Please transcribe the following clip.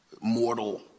mortal